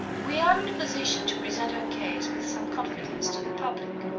we are in a position to present our case with some confidence to the public.